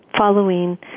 following